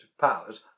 powers